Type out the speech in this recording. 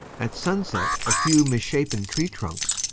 at sunset a few misshapen tree trunks,